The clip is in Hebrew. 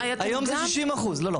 היום זה 60%. לא,